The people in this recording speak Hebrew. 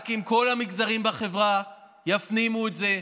רק אם כל המגזרים בחברה יפנימו את זה,